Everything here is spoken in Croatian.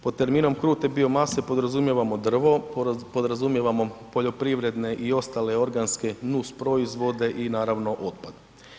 Pod terminom krute biomase podrazumijevamo drvo, podrazumijevamo poljoprivredne i ostale organske nusproizvode i naravno otpad.